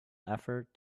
effort